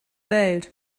welt